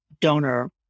donor